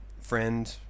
friend